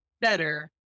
better